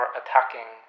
attacking